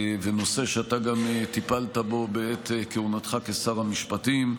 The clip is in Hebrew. נושא שאתה גם טיפלת בו בעת כהונתך כשר המשפטים,